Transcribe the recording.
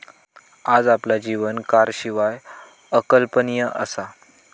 आज आपला जीवन कारशिवाय अकल्पनीय असा